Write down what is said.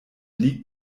liegt